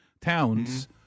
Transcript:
towns